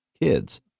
kids